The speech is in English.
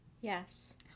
Yes